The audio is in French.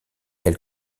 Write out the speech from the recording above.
elle